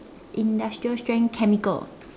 industrial strength chemical